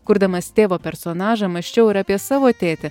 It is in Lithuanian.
kurdamas tėvo personažą mąsčiau ir apie savo tėtį